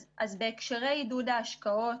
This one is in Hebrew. אז בהקשרי עידוד ההשקעות,